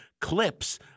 clips